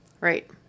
Right